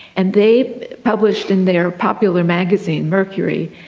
and they published in their popular magazine, mercury,